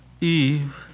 Eve